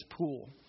Pool